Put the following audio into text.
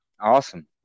awesome